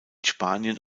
spanien